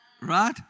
right